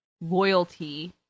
loyalty